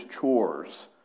chores